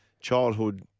childhood